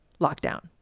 lockdown